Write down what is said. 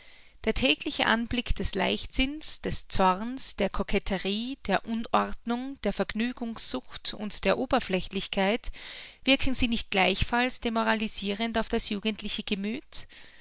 der tägliche anblick des leichtsinns des zorns der koketterie der unordnung der vergnügungssucht und der oberflächlichkeit wirken sie nicht gleichfalls demoralisirend auf das jugendliche gemüth